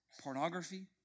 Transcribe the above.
pornography